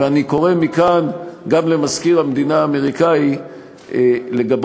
ואני קורא מכאן גם למזכיר המדינה האמריקני לגבות